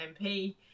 MP